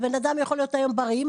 הבן אדם יכול להיות בריא היום,